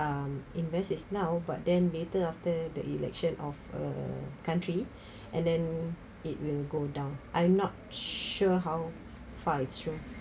um invest is now but then later after the election of a country and then it will go down I'm not sure how far it's true